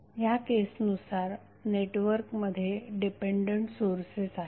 ह्या केसनुसार नेटवर्कमध्ये डिपेंडंट सोर्सेस आहेत